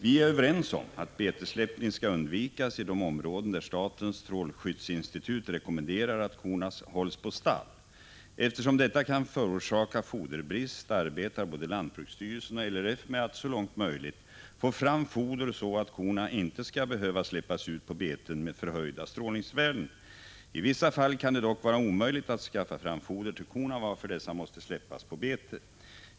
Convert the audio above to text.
Vi är överens om att betessläppning skall undvikas i de områden där statens strålskyddsinstitut rekommenderar att korna hålls på stall. Eftersom detta kan förorsaka foderbrist arbetar både lantbruksstyrelsen och LRF med att så långt möjligt få fram foder så att korna inte skall behöva släppas ut på beten med förhöjda strålningsvärden. I vissa fall kan det dock vara omöjligt att skaffa fram foder till korna varför dessa måste släppas på bete.